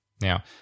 Now